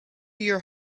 your